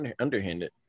underhanded